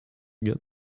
get